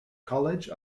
college